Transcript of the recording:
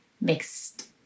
mixed